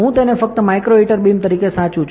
હું તેને ફક્ત માઇક્રો હીટર બીમ તરીકે સાચવું છું